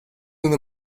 una